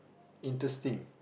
interesting